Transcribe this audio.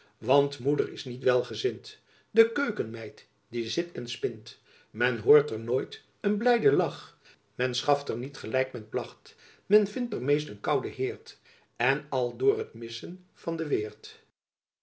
want moeder is niet wel gesint de keucken meyt die sit en spint men hoort er noyt een blijden lach men schafter niet gelijck men plach men vinter meest een kouden heert en al door t missen van den weert